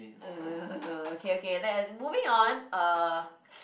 uh okay okay then moving on uh